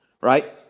Right